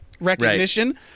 recognition